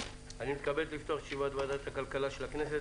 אני מתכבד לפתוח את ישיבת ועדת הכלכלכה של הכנסת,